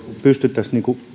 pystyisimme